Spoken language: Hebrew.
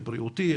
הבריאותי,